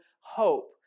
hope